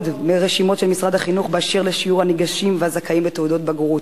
מהרשימות של משרד החינוך על שיעור הניגשים והזכאים לתעודות בגרות.